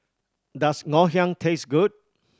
does Ngoh Hiang taste good